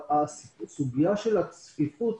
הסוגיה של הצפיפות